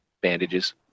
bandages